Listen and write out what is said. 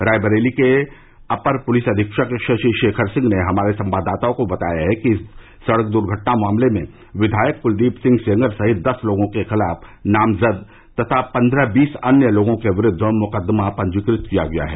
रायबरेली के अपर पुलिस अधीक्षक शशि शेखर सिंह ने हमारे संवाददाता को बताया है कि इस सड़क दुर्घटना मामले में विधायक कुलदीप सिंह सेंगर सहित दस लोगों के खिलाफ नामजद तथा पन्द्रह बीस अन्य लोगों के विरूद्व मुकदमा पंजीकृत किया गया है